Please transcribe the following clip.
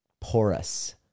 porous